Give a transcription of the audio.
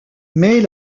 mais